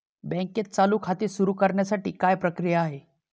बँकेत चालू खाते सुरु करण्यासाठी काय प्रक्रिया आहे?